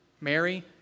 Mary